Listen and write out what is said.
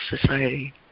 Society